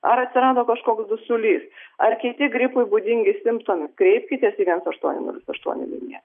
ar atsiranda kažkoks dusulys ar kiti gripui būdingi simptomai kreipkitės į vienas aštuoni nulis aštuoni liniją